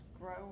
Grow